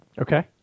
Okay